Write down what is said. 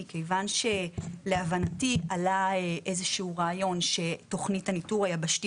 מכיוון שלהבנתי עלה איזשהו רעיון שתוכנית הניתור היבשתי